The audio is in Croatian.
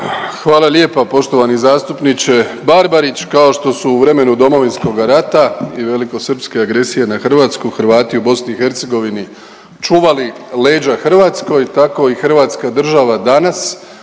Hvala lijepa poštovani zastupniče Barbarić. Kao što su u vremenu Domovinskoga rata i velikosrpske agresije na Hrvatsku Hrvati u BiH čuvali leđa Hrvatskoj tako i hrvatska država danas